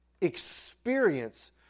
Experience